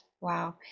Wow